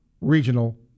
regional